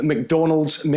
McDonald's